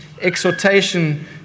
exhortation